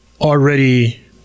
already